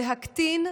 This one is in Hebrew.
להקטין,